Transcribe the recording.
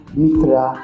mitra